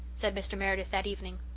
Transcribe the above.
said mr. meredith that evening.